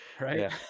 Right